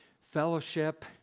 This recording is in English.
Fellowship